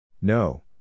No